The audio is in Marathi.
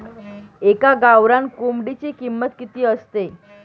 एका गावरान कोंबडीची किंमत किती असते?